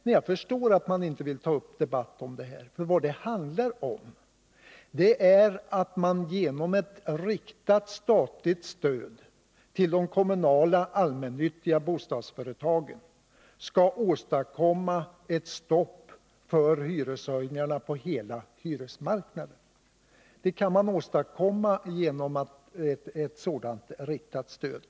Nej, jag förstår att man inte vill ta upp en debatt om det här, för vad det handlar om är att vi genom ett riktat statligt stöd till de kommunala allmännyttiga bostadsföretagen skall åstadkomma ett stopp för hyreshöjningarna på hela hyresmarknaden. Det kan man alltså åstadkomma genom ett sådant riktat stöd.